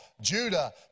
Judah